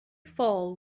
fall